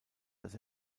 dass